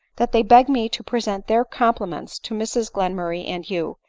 that they beg me to present their compliments to mrs glenmurray and you,